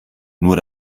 nur